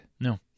no